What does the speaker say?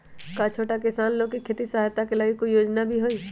का छोटा किसान लोग के खेती सहायता के लगी कोई योजना भी हई?